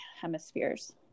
hemispheres